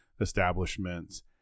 establishments